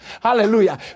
hallelujah